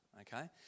Okay